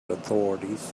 authorities